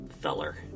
feller